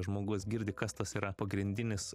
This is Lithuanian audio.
žmogus girdi kas tas yra pagrindinis